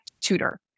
tutor